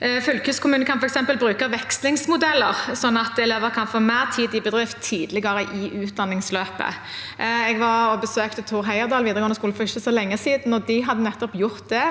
Fylkeskommunene kan f.eks. bruke vekslingsmodeller, slik at elever kan få mer tid i bedrift tidligere i utdanningsløpet. Jeg besøkte Thor Heyerdahl videregående skole for ikke så lenge siden, og de hadde nettopp gjort det,